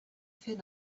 fear